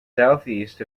southeast